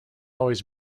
always